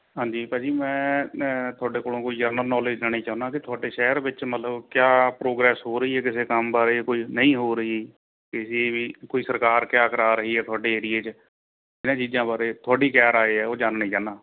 ਹਾਂਜੀ ਭਾਅ ਜੀ ਮੈਂ ਨੈ ਤੁਹਾਡੇ ਕੋਲੋਂ ਕੋਈ ਜਨਰਲ ਨੌਲੇਜ ਲੈਣੀ ਚਾਹੁੰਦਾ ਕਿ ਤੁਹਾਡੇ ਸ਼ਹਿਰ ਵਿੱਚ ਮਤਲਬ ਕਿਆ ਪ੍ਰੋਗਰੈਸ ਹੋ ਰਹੀ ਹੈ ਕਿਸੇ ਕੰਮ ਬਾਰੇ ਕੋਈ ਨਹੀਂ ਹੋ ਰਹੀ ਕਿਸੀ ਵੀ ਕੋਈ ਸਰਕਾਰ ਕਿਆ ਕਰਾ ਰਹੀ ਹੈ ਤੁਹਾਡੇ ਏਰੀਏ 'ਚ ਇਹਨਾਂ ਚੀਜ਼ਾਂ ਬਾਰੇ ਤੁਹਾਡੀ ਕਿਆ ਰਾਏ ਹੈ ਉਹ ਜਾਣਨੀ ਚਾਹੁੰਦਾ